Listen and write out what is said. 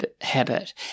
habit